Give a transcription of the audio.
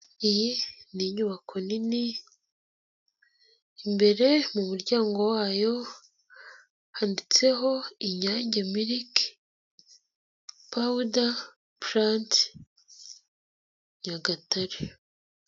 Iyi ni inyubako nini, imbere mu muryango wayo, handitseho Inyange miliki pawuda puranti Nyagatare.